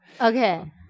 okay